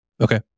Okay